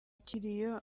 kiriyo